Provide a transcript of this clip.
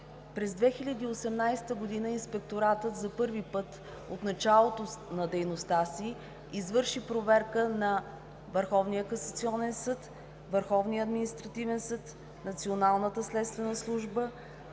През 2018 г. Инспекторатът за първи път от началото на дейността си извърши проверка на Върховния касационен съд, Върховния административен съд, Националната следствена служба,